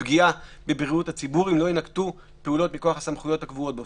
לפגיעה בבריאות הציבור אם לא יינקטו פעולות מכוח הסמכויות הקבועות בו.